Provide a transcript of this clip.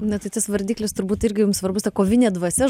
na tai tas vardiklis turbūt irgi jums svarbus ta kovinė dvasia